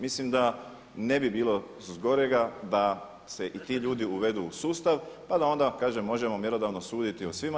Mislim da ne bi bilo zgorega da se i ti ljudi uvedu u sustav, pa da onda kažem možemo mjerodavno suditi o svima.